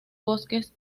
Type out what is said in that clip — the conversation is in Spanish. bosques